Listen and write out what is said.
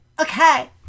okay